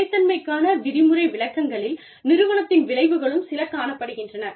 நிலைத்தன்மைக்கான விதிமுறை விளக்கங்களில் நிறுவனத்தின் விளைவுகளும் சில காணப்படுகின்றன